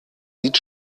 sieht